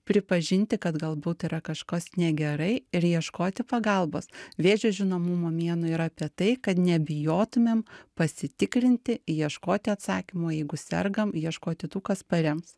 pripažinti kad galbūt yra kažkas negerai ir ieškoti pagalbos vėžio žinomumo mėnuo yra apie tai kad nebijotumėm pasitikrinti ieškoti atsakymų jeigu sergam ieškoti tų kas parems